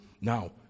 Now